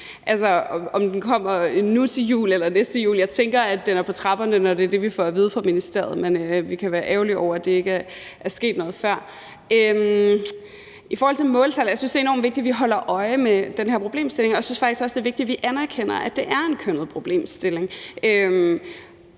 med noget nu til jul eller næste jul, vil jeg først sige, at jeg tænker, at det er på trapperne, når det er det, vi får at vide af ministeriet. Men vi kan være ærgerlige over, at det ikke er sket noget før. I forhold til måltal synes jeg, det er enormt vigtigt, at vi holder øje med den her problemstilling, og jeg synes faktisk også, det er vigtigt, at vi anerkender, at det er en kønnet problemstilling.